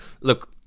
look